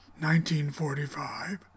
1945